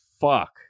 Fuck